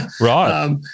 Right